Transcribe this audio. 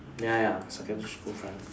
ya ya secondary school friend